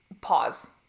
pause